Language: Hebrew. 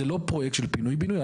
זה לא פרויקט של פינוי בינוי,